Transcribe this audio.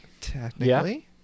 Technically